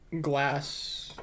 Glass